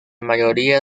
mayoría